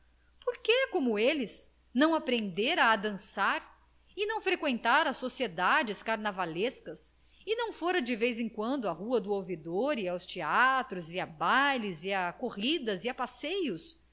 que como eles não aprendera a dançar e não freqüentar sociedades carnavalescas e não fora de vez em quando à rua do ouvidor e aos teatros e bailes e corridas e a passeios